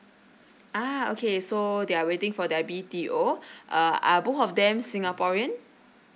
ah okay so they are waiting for their B_T_O uh are both of them singaporean